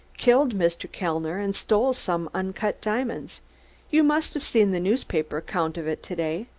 killed mr. kellner and stole some uncut diamonds you must have seen the newspaper account of it to-day.